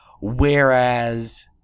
Whereas